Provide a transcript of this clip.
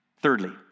Thirdly